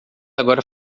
agora